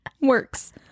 Works